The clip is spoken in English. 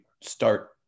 start